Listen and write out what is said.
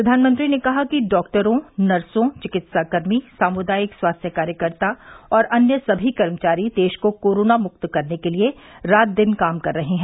प्रधानमंत्री ने कहा कि डॉक्टरों नर्सों चिकित्साकर्मी सामुदायिक स्वास्थ्य कार्यकर्ता और अन्य सभी कर्मचारी देश को कोरोना मुक्त करने के लिए रात दिन काम कर रहे हैं